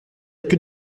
queue